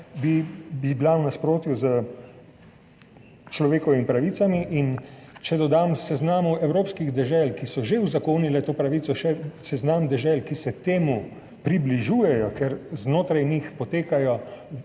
bi bila v nasprotju s človekovimi pravicami. Če dodam seznamu evropskih dežel, ki so že uzakonile to pravico, še seznam dežel, ki se temu približujejo, ker znotraj njih potekajo